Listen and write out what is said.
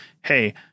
hey